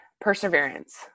perseverance